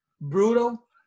brutal